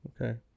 Okay